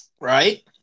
Right